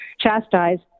chastised